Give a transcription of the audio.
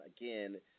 again